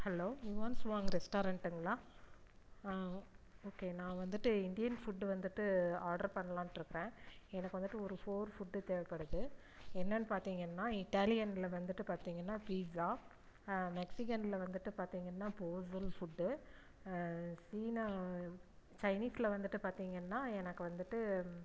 hello உவாங் சுவாங் ரெஸ்டாரண்ட்டுங்களா ஆ ஓகே நான் வந்துட்டு இந்தியன் ஃபுட் வந்துட்டு ஆர்டர் பண்ணலான்ட்டு இருக்குறேன் எனக்கு வந்துட்டு ஒரு ஃபோர் ஃபுட்டு தேவைப்படுது என்னன்னு பார்த்தீங்கன்னா இட்டாலியனில் வந்துட்டு பார்த்தீங்கன்னா பீட்சா மெக்சிகனில் வந்துட்டு பார்த்தீங்கன்னா போஸல் ஃபுட்டு சீனா சைனீஸில் வந்துட்டு பார்த்தீங்கன்னா எனக்கு வந்துட்டு